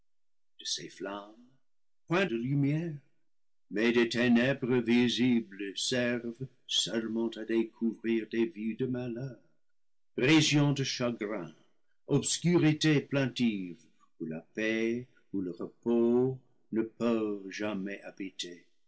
de lumière mais des ténèbres visibles servent seulement à découvrir des vues de malheur régions de chagrins obscurité plaintive où l'a paix où le repos ne peuvent jamais habiter